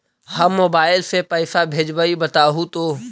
हम मोबाईल से पईसा भेजबई बताहु तो?